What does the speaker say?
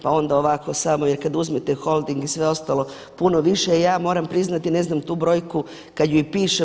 Pa onda ovako samo jer kad uzmete Holding i sve ostalo puno više, ja moram priznati ne znam tu brojku kad je i pišem.